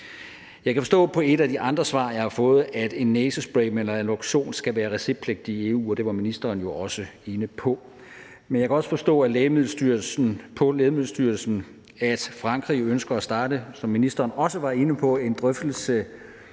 Jeg kan forstå på et af de andre svar, jeg har fået, at en næsespray med naloxon skal være receptpligtig i EU, og det var ministeren jo også inde på. Men jeg kan også forstå på Lægemiddelstyrelsen, at Frankrig ønsker at starte, hvilket ministeren også var inde på, en drøftelse